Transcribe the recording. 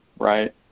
right